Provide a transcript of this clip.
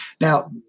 Now